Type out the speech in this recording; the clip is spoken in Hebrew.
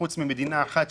חוץ ממדינה אחת,